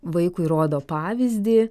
vaikui rodo pavyzdį